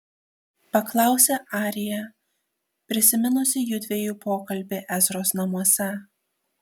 paklausė arija prisiminusi judviejų pokalbį ezros namuose